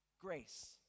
grace